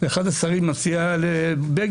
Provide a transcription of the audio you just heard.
ואחד השרים מציע לבגין